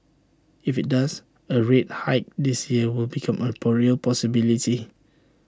if IT does A rate hike this year will become A real possibility